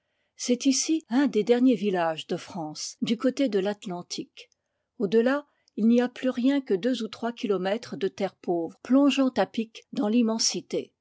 c'est ici un des der niers villages de france du côté de l'atlantique au delà il n'y a plus rien que deux ou trois kilomètres de terres pau vres plongeant à pic dans l'immensité